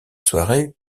soirée